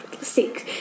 Six